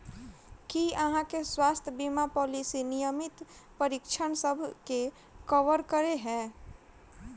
की अहाँ केँ स्वास्थ्य बीमा पॉलिसी नियमित परीक्षणसभ केँ कवर करे है?